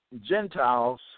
Gentiles